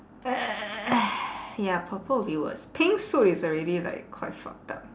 ya purple will be worse pink suit is already like quite fucked up